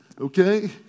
Okay